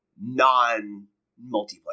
non-multiplayer